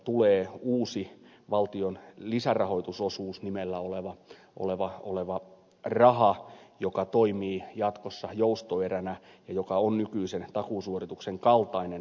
tulee uusi valtion lisärahoitusosuuden nimellä oleva raha joka toimii jatkossa joustoeränä ja joka on nykyisen takuusuorituksen kaltainen